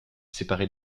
séparé